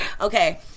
okay